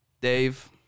Dave